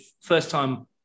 first-time